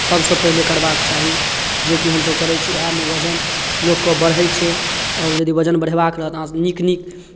सभ सऽ पहिले करबाक चाही जे कि हमसभ करै छी उएहमे वजन लोकके बढ़ै छै आओर यदि वजन बढ़ेबाक रहत अहाँ नीक नीक